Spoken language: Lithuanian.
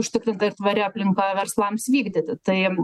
užtikrinta ir tvari aplinka verslams vykdyti tai